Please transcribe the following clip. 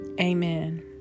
Amen